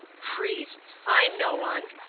priests! i know un.